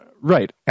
Right